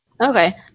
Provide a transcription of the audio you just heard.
Okay